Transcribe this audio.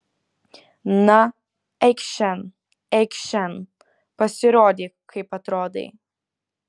na eikš šen eikš šen pasirodyk kaip atrodai